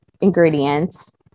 ingredients